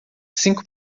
cinco